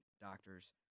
doctors